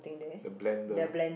the blender